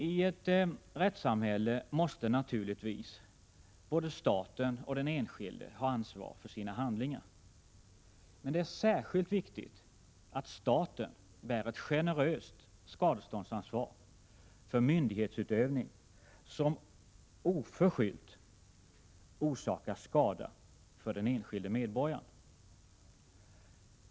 I ett rättssamhälle måste naturligtvis både staten och den enskilde ta ansvar för sina handlingar. Men det är särskilt viktigt att staten bär ett generöst skadeståndsansvar för myndighetsutövning, där den enskilde medborgaren oförskyllt orsakas skada.